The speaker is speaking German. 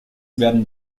werden